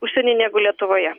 užsieny negu lietuvoje